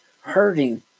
hurting